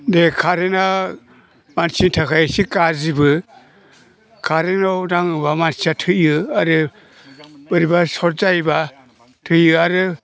बे कारेन्ट मानसिनि थाखाय एसे गाज्रिबो कारेन्टआव दाङोब्ला मानसिया थैयो आरो बोरैबा शर्ट जायोब्ला थैयो आरो